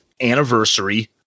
anniversary